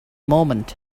moment